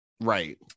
right